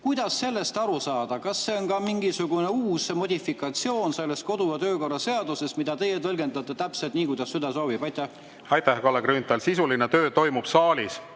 Kuidas sellest aru saada? Kas see on ka mingisugune uus modifikatsioon sellest kodu- ja töökorra seadusest, mida teie tõlgendate täpselt nii, kuidas süda soovib? Aitäh, Kalle Grünthal! Sisuline töö toimub saalis